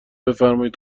بفرمایین